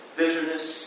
bitterness